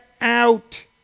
out